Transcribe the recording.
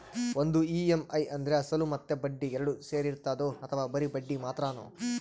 ಒಂದು ಇ.ಎಮ್.ಐ ಅಂದ್ರೆ ಅಸಲು ಮತ್ತೆ ಬಡ್ಡಿ ಎರಡು ಸೇರಿರ್ತದೋ ಅಥವಾ ಬರಿ ಬಡ್ಡಿ ಮಾತ್ರನೋ?